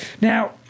now